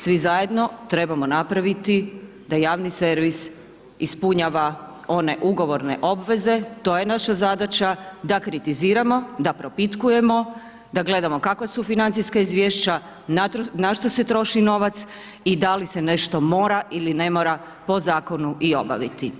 Svi zajedno trebamo napraviti da javni servis ispunjava one ugovorne obveze, to je naša zadaća, da kritiziramo, da propitkujemo, da gledamo kakva su financijska izvješća, na što se troši novac i da li se nešto mora ili ne mora po zakonu i obaviti.